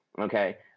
Okay